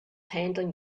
handling